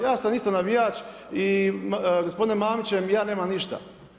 Ja sam isto navijač i s gospodinom Mamićem ja nemam ništa.